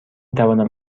توانم